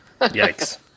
Yikes